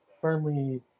firmly